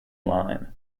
line